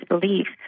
beliefs